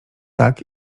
tak